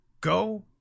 Go